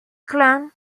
clan